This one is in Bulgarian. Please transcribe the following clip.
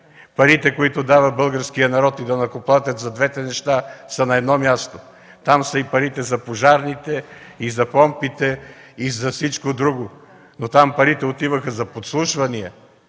Парите, които дава българският народ и данъкоплатецът за двете неща, са на едно място. Там са парите за пожарните и за помпите, и за всичко друго. Но там парите отиваха за подслушвания.